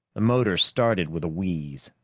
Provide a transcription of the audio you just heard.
the motor started with a wheeze.